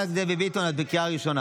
חברת הכנסת דבי ביטון, את בקריאה ראשונה.